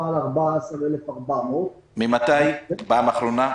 על 14,400. מתי זה היה בפעם האחרונה?